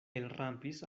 elrampis